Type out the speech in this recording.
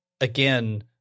again